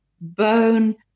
bone